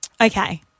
Okay